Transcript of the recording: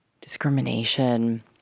discrimination